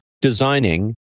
designing